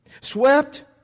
Swept